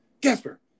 Gasper